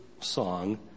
song